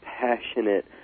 passionate